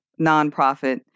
nonprofit